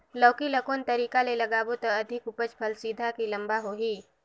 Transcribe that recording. लौकी ल कौन तरीका ले लगाबो त अधिक उपज फल सीधा की लम्बा होही?